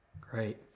great